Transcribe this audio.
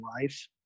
life